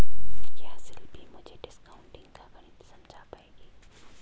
क्या शिल्पी मुझे डिस्काउंटिंग का गणित समझा पाएगी?